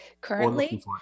currently